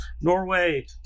norway